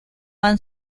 han